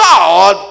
God